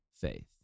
faith